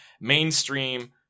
mainstream